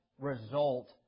result